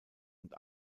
und